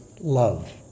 love